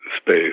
Space